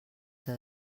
que